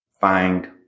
find